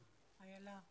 מרכז המחקר והמידע.